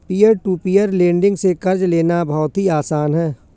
peer to peer lending से कर्ज लेना बहुत ही आसान है